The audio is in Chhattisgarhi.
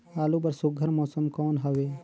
आलू बर सुघ्घर मौसम कौन हवे?